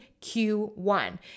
Q1